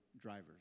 drivers